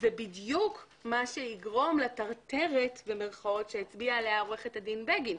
זה בדיוק מה שיגרום לטרטרת במירכאות שהצביעה עליה עו"ד בגין,